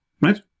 right